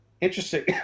interesting